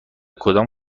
کدام